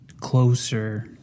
closer